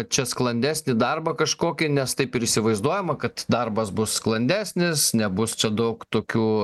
čia sklandesnį darbą kažkokį nes taip ir įsivaizduojama kad darbas bus sklandesnis nebus čia daug tokių